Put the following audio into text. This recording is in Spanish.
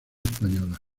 española